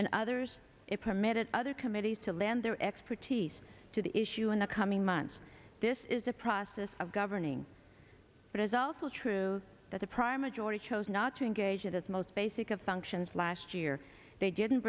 and others it permitted other committees to land their expertise to the issue in the coming months this is a process of governing but it is also true that the primary jordi chose not to engage in its most basic of functions last year they did